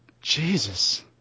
Jesus